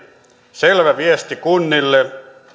selvä viesti kunnille